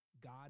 God